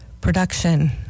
production